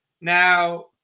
Now